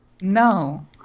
No